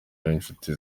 n’incuti